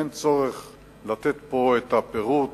אין צורך לתת פה את הפירוט